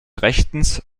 rechtens